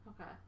Okay